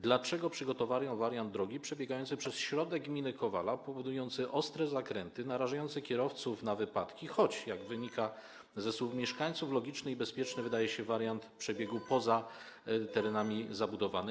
Dlaczego przygotowano wariant drogi przebiegającej przez środek gminy Kowala powodujący ostre zakręty, narażający kierowców na wypadki, choć - jak wynika ze słów mieszkańców - logiczny i bezpieczny wydaje się wariant przebiegu poza terenami zabudowanymi?